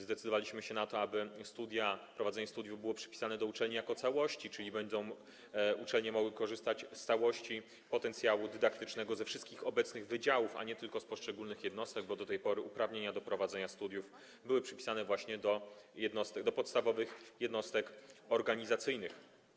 Zdecydowaliśmy się na to, aby prowadzenie studiów było przypisane do uczelni jako całości, czyli uczelnie będą mogły korzystać z całości potencjału dydaktycznego, ze wszystkich obecnych wydziałów, a nie tylko z poszczególnych jednostek, bo do tej pory uprawnienia do prowadzenia studiów były przypisane właśnie do podstawowych jednostek organizacyjnych.